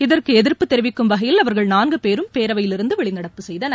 இதற்கு எதிர்ப்பு தெரிவிக்கும் வகையில் அவர்கள் நான்கு பேரும் பேரவையில் இருந்து வெளிநடப்பு செய்தனர்